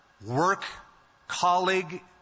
work-colleague